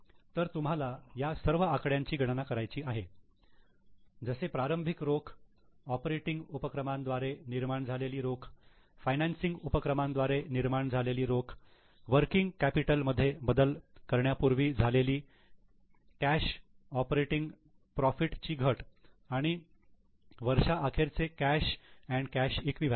तर तुम्हाला या सर्व आकड्यांची गणना करायची आहे जसे प्रारंभिक रोख ऑपरेटिंग उपक्रमांद्वारे निर्माण झालेली रोख फायनान्सिंग उपक्रमांद्वारे निर्माण झालेली रोख वर्किंग कॅपिटल मध्ये बदल करण्यापूर्वी झालेली कॅश ऑपरेटिंग प्रॉफिटची ची घट आणि वर्षा अखेरचे कॅश अंड कॅश इक्विवलेंट